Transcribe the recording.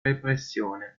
repressione